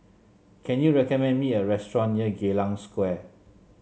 can you recommend me a restaurant near Geylang Square